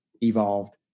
evolved